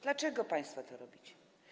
Dlaczego państwo to robicie?